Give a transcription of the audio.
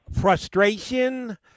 Frustration